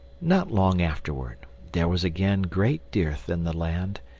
not long afterward there was again great dearth in the land,